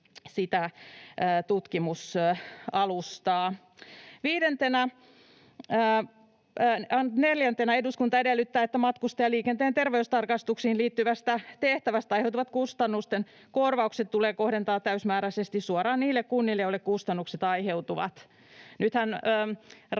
sitä tutkimusalustaa. Neljäntenä: ”Eduskunta edellyttää, että matkustajaliikenteen terveystarkastuksiin liittyvästä tehtävästä aiheutuvat kustannusten korvaukset tulee kohdentaa täysimääräisesti suoraan niille kunnille, joille kustannukset aiheutuvat.”